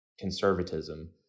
conservatism